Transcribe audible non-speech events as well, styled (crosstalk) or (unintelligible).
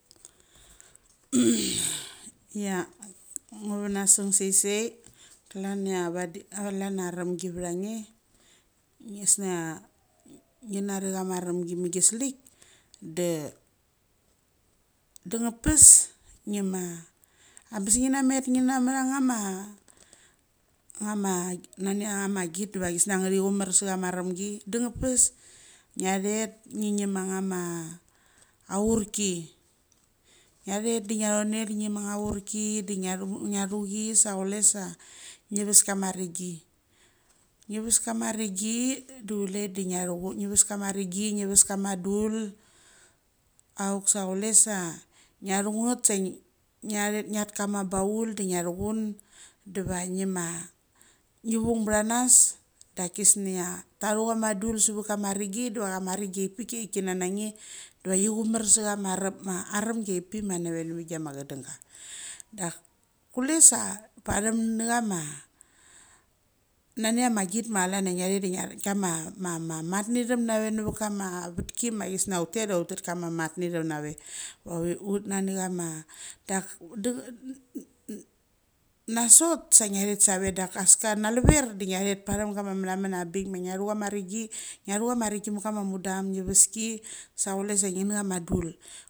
(noise) chia ngo vanasung sas klom chia vadi (unintelligible) aramgi varan nge (unintelligible) nge nari chama aremgi migi slikde (unintelligible) ngima abes ngina met ngina chacha ma (unintelligible) ngiamagit diva chisnia ngichi chumar sa chama remgi, de ngepes ngiathet de ngiachonnel ngim anchama achurkide ngia churki sa chule sa nge vas kama rengi. Ngi vas kams rengi sa chule sa ngiachungat sa ngiatheth ngat chama baul ate ngiachu chandiva ngima ngi voung becha nas da kisnia thachu chama dul savik kama rengi diva chama rengi chiape chai chaikina na uge diva chi chumar sichama (unintelligible) chiapik ma nave namet giema chadanga kule sa pa chem na chama nangnia ma git ma chalan chia ngia thet de ngiat kama (unintelligible) matngichem nave namat kama vetki ma chisniei utetda uthet kama matnechan nave (unintelligible) ut nani chama da (unintelligible) ut nani chama da (unintelligible) (hesitation) naisot sa ngia thet save das ka naluver de ngiathet pa chem cham ma machamen abik ma ngia thu chama rengi, ngia thu chamas rengi ma kama mudan ngi vaski sa chule sa sa ngini chama dul.